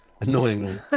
Annoyingly